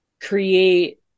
create